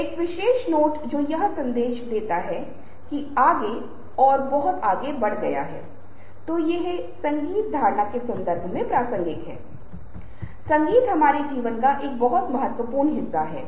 यह एक बहुत ही वैज्ञानिक तरीका है यह पता लगाने की कोशिश का बहुत ही अकादमिक तरीका है और मैं भारतीय संदर्भ में क्या हो रहा है यह पता लगाने की कोशिश का बहुत विश्वसनीय तरीका है